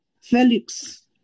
Felix